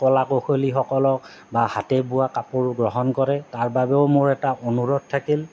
কলা কৌশলীসকলক বা হাতে বোৱা কাপোৰ গ্ৰহণ কৰে তাৰ বাবেও মোৰ এটা অনুৰোধ থাকিল